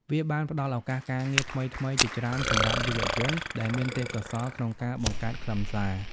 វាបានផ្តល់ឱកាសការងារថ្មីៗជាច្រើនសម្រាប់យុវជនដែលមានទេពកោសល្យក្នុងការបង្កើតខ្លឹមសារ។